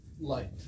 Light